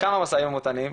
כבר כמה משאים ומתנים,